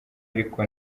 ariko